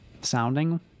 sounding